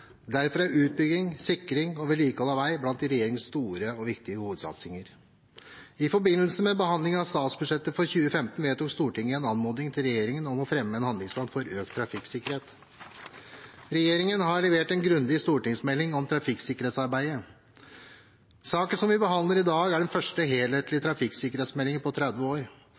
Derfor er utbygging, sikring og vedlikehold av vei blant regjeringens store og viktige hovedsatsinger. I forbindelse med behandlingen av statsbudsjettet for 2015 vedtok Stortinget en anmodning til regjeringen om å fremme en handlingsplan for økt trafikksikkerhet. Regjeringen har levert en grundig stortingsmelding om trafikksikkerhetsarbeidet. Saken vi behandler i dag, er den første helhetlige trafikksikkerhetsmeldingen på 30 år.